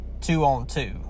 two-on-two